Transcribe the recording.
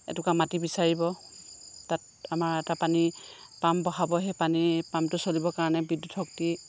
এটুকুৰা মাটি বিচাৰিব তাত আমাৰ এটা পানীৰ পাম্প বহাব সেই পানীৰ পাম্পটো চলিব কাৰণে বিদ্যুতশক্তি